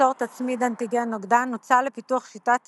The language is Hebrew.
ליצור תצמיד אנטיגן-נוגדן, נוצל לפיתוח שיטות